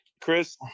Chris